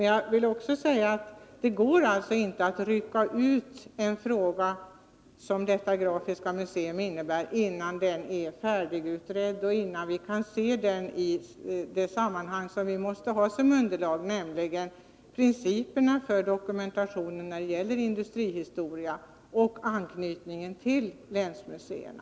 Jag vill också säga att det inte går att rycka ut en fråga som den om ett bruksgrafiskt museum, innan den är färdigutredd och innan vi kan se den i det sammanhang som vi måste ha som underlag, nämligen principerna för dokumentation när det gäller industrihistoria och anknytningen till länsmuseerna.